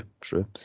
True